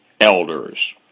elders